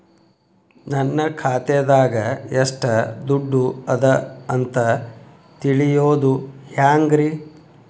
ನನ್ನ ಖಾತೆದಾಗ ಎಷ್ಟ ದುಡ್ಡು ಅದ ಅಂತ ತಿಳಿಯೋದು ಹ್ಯಾಂಗ್ರಿ?